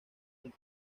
del